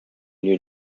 new